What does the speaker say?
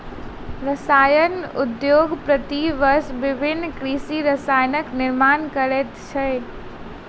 रसायन उद्योग प्रति वर्ष विभिन्न कृषि रसायनक निर्माण करैत अछि